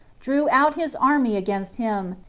drew out his army against him,